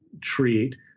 treat